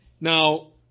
Now